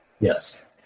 Yes